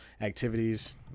activities